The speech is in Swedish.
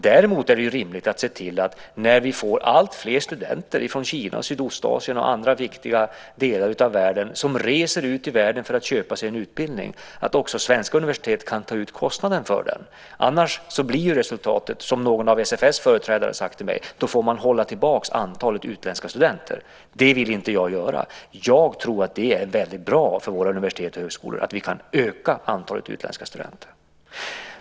Däremot är det rimligt att se till att också svenska universitet när vi nu får alltfler studenter från Kina, Sydostasien och andra viktiga delar av världen - studenter som reser ut i världen för att köpa sig en utbildning - kan ta ut kostnader för den. Annars blir resultatet, som någon av SFS:s företrädare sagt till mig, att man får hålla tillbaka antalet utländska studenter. Det vill inte jag göra. Jag tror att det är väldigt bra för våra universitet och högskolor att vi kan öka antalet utländska studenter.